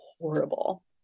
horrible